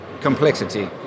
complexity